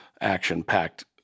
action-packed